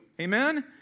Amen